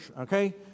okay